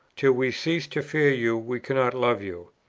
till we cease to fear you, we cannot love you.